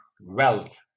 wealth